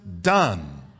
done